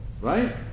right